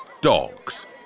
Dogs